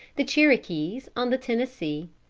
the cherokees on the tennessee,